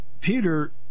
Peter